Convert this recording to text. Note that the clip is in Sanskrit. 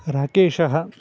राकेशः